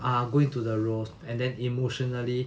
ah go into the roles and then emotionally